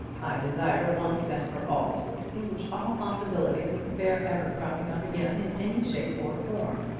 desire once and for all to extinguish all possibility of this affair ever cropping up again in any shape or form.